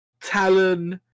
Talon